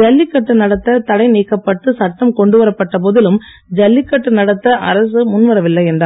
ஜல்லிக்கட்டு நடத்த தடை நீக்கப்பட்டு சட்டம் கொண்டு வரப்பட்ட போதிலும் ஜல்லிக்கட்டு நடத்த அரசு முன் வரவில்லை என்றார்